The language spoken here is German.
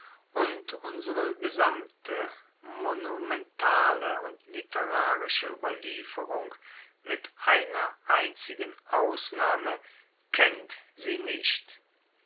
und unsere gesamte monumentale und literarische ueberlieferung mit einer einzigen ausnahme kennt sie nicht